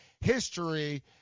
history